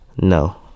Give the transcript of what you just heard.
No